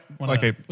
Okay